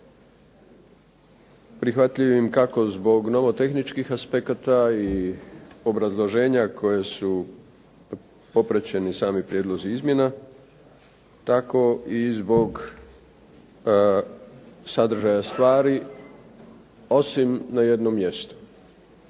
Prihvatljivim kako zbog nomotehničih aspekata i obrazloženja koja su popraćeni sami prijedlozi izmjena, tako i zbog sadržaja stvari, osim na jednom mjestu.